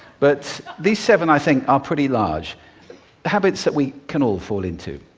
but these seven, i think, are pretty large habits that we can all fall into.